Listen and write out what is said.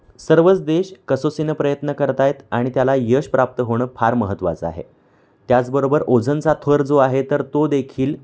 सर्वच देश कसोसीनं प्रयत्न करत आहेत आणि त्याला यश प्राप्त होणं फार महत्त्वाचं आहे त्याचबरोबर ओझनचा थर जो आहे तर तो देखील